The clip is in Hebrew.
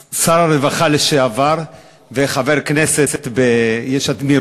שר הרווחה לשעבר וחבר הכנסת מיש עתיד,